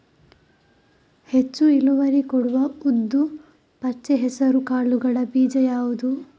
ಹೆಚ್ಚು ಇಳುವರಿ ಕೊಡುವ ಉದ್ದು, ಪಚ್ಚೆ ಹೆಸರು ಕಾಳುಗಳ ಬೀಜ ಯಾವುದು?